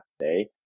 today